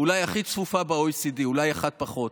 אולי הכי צפופה ב-OECD, אולי אחת פחות,